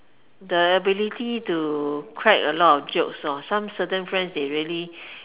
the ability to crack a lot of jokes lor some certain friends they really